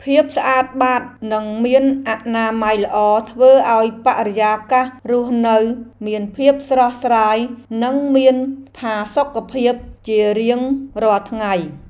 ភាពស្អាតបាតនិងមានអនាម័យល្អធ្វើឱ្យបរិយាកាសរស់នៅមានភាពស្រស់ស្រាយនិងមានផាសុកភាពជារៀងរាល់ថ្ងៃ។